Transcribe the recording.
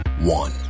one